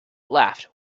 laughed